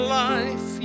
life